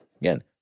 Again